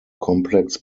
complex